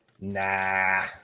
Nah